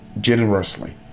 generously